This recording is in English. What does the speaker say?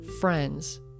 friends